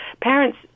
parents